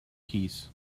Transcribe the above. keys